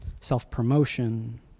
self-promotion